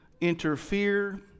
interfere